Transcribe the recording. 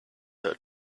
her